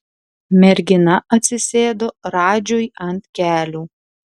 mergina atsisėdo radžiui ant kelių